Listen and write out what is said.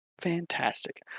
Fantastic